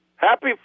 Happy